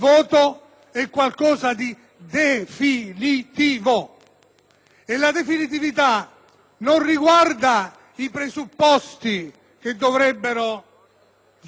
definito non riguarda i presupposti che dovrebbero giustificare un voto corrispondente a quello della Giunta,